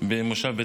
ביישוב בית אל.